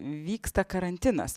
vyksta karantinas